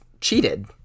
cheated